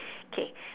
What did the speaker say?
K